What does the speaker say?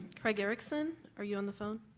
craig erickson, are you on the phone?